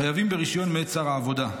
חייבים ברישיון מאת שר העבודה,